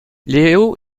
léo